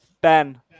Ben